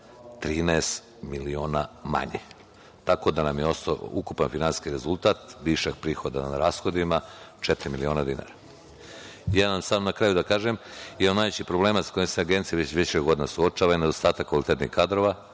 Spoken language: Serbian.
13 miliona manje, tako da nam je ostao ukupan finansijski rezultat, višak prihoda na rashodima, četiri miliona dinara. Samo na kraju da kažem, jedan od najvećih problema sa kojima se Agencija već više godina suočava je nedostatak kvalitetnijih kadrova.